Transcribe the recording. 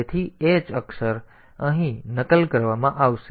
તેથી h અક્ષર અહીં નકલ કરવામાં આવશે